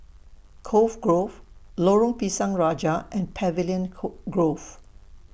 Cove Grove Lorong Pisang Raja and Pavilion Coal Grove